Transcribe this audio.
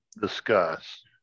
discuss